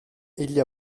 egli